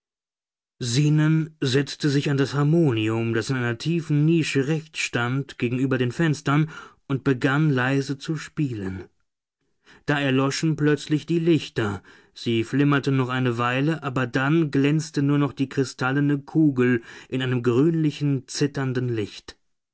zenon setzte sich an das harmonium das in einer tiefen nische rechts stand gegenüber den fenstern und begann leise zu spielen da erloschen plötzlich die lichter sie flimmerten noch eine weile aber dann glänzte nur noch die kristallene kugel in einem grünlichen zitternden licht